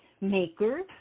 maker